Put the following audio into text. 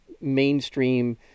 mainstream